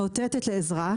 מאותתת לעזרה,